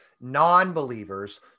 non-believers